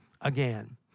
again